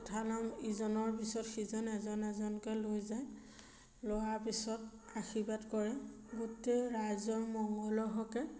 কথা ইজনৰ পিছত সিজন এজন এজনকৈ লৈ যায় লোৱাৰ পিছত আশীৰ্বাদ কৰে গোটেই ৰাইজৰ মঙ্গলৰ হকে